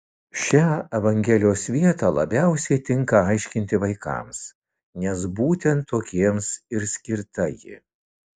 šią evangelijos vietą labiausiai tinka aiškinti vaikams nes būtent tokiems ir skirta ji